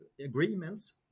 agreements